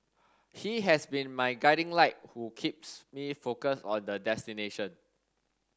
he has been my guiding light who keeps me focused on the destination